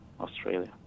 Australia